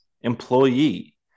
employee